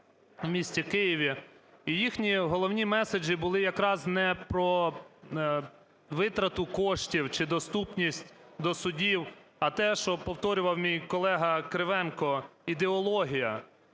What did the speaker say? у місті Києві. Їхні головні меседжі були якраз не про витрату коштів чи доступність до судів, а те, що повторював мій колега Кривенко – ідеологія.